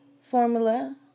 formula